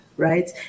right